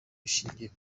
bishingira